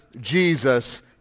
Jesus